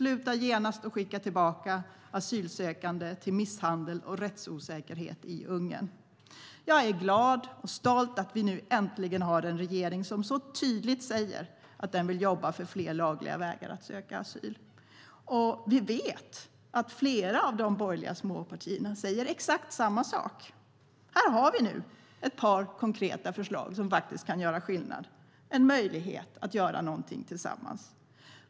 Sluta genast att skicka tillbaka asylsökande till misshandel och rättsosäkerhet i Ungern. Jag är glad och stolt att vi nu äntligen har en regering som så tydligt säger att den vill jobba för fler lagliga vägar att söka asyl. Vi vet att flera av de borgerliga småpartierna säger exakt samma sak. Här har vi nu ett par konkreta förslag som kan göra skillnad, en möjlighet att göra någonting tillsammans.